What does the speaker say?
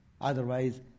Otherwise